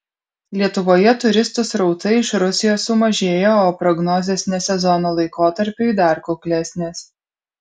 lietuvoje turistų srautai iš rusijos sumažėjo o prognozės ne sezono laikotarpiui dar kuklesnės